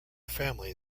family